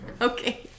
Okay